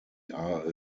are